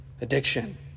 addiction